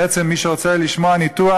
בעצם מי שרוצה לשמוע ניתוח,